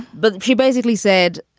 but she basically said,